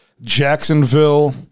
Jacksonville